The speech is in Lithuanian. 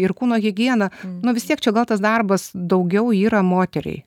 ir kūno higiena nu vis tiek čia gal tas darbas daugiau yra moteriai